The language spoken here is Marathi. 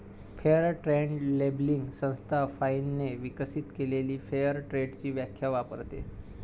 फेअर ट्रेड लेबलिंग संस्था फाइनने विकसित केलेली फेअर ट्रेडची व्याख्या वापरते